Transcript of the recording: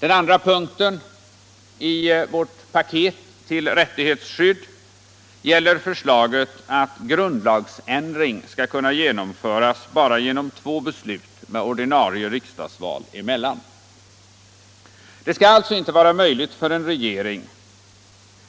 Den andra punkten i vårt paket till rättighetsskydd gäller förslaget att grundlagsändring skall kunna genomföras bara genom två beslut med ordinarie riksdagsval emellan. Det skall alltså inte vara möjligt för en regering